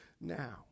now